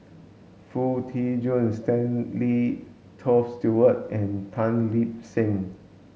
Foo Tee Jun Stanley Toft Stewart and Tan Lip Seng